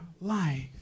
life